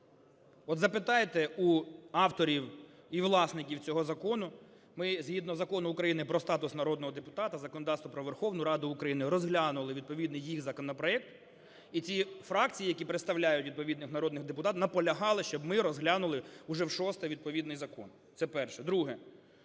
От запитайте в авторів і власників цього закону. Ми згідно Закону України про статус народного депутата, законодавства про Верховну Раду України розглянули відповідно їх законопроект. І ці фракції, які представляють відповідних народних депутатів, наполягали, щоб ми розглянули вже вшосте відповідний закон. Це перше. Друге: